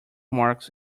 marks